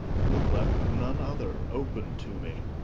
you have left none other open to me.